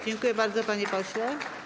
Dziękuję bardzo, panie pośle.